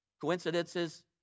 coincidences